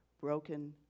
broken